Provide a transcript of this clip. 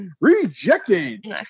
rejected